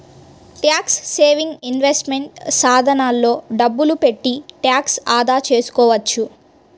tax saving investment సాధనాల్లో డబ్బులు పెట్టి ట్యాక్స్ ఆదా చేసుకోవచ్చు